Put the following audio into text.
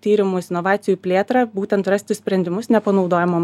tyrimus inovacijų plėtrą būtent rasti sprendimus nepanaudojamom